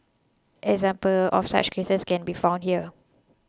examples of such cases can be found here